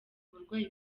uburwayi